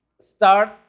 start